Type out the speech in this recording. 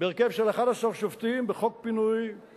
בהרכב של 11 שופטים בחוק פינו-בינוי,